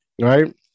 Right